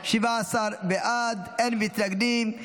17 בעד, אין מתנגדים.